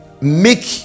make